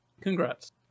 Congrats